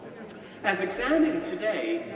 as examined today,